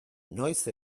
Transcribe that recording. noiz